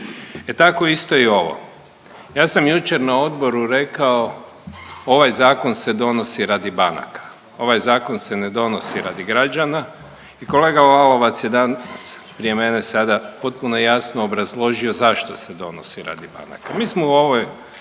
E tako isto i ovo. Ja sam jučer na odboru rekao, ovaj Zakon se donosi radi banaka. Ovaj Zakon se ne donosi radi građana i kolega Lalovac je danas prije mene sada potpuno jasno obrazložio zašto se donosi radi banaka.